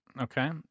Okay